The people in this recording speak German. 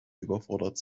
überfordert